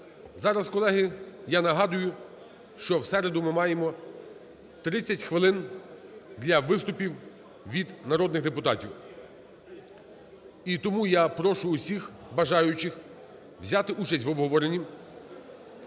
Зараз, колеги, я нагадую, що в середу ми маємо 30 хвилин для виступів від народних депутатів. І тому я прошу усіх бажаючих взяти участь в обговоренні,